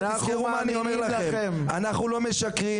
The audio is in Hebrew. תזכרו מה אני אומר לכם אנחנו מאמינים לכם.